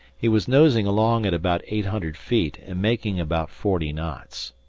he was nosing along at about eight hundred feet and making about forty knots.